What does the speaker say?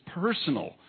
personal